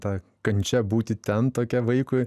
ta kančia būti ten tokia vaikui